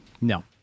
No